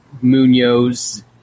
Munoz